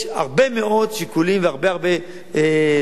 יש הרבה מאוד שיקולים והרבה פניות,